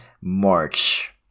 March